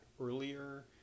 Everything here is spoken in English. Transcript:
earlier